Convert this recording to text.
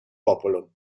popolo